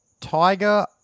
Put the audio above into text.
Tiger